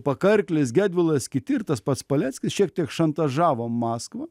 pakarklis gedvilas kiti ir tas pats paleckis šiek tiek šantažavo maskvą